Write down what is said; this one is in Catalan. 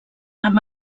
amb